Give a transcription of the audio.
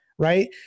Right